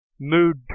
mood